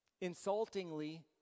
insultingly